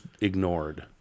ignored